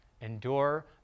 Endure